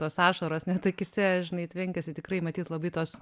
tos ašaros net akyse žinai tvenkiasi tikrai matyt labai tos